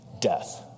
Death